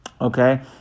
Okay